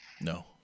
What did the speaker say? No